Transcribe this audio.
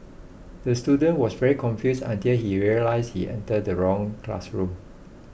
the student was very confused until he realised he entered the wrong classroom